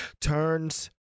turns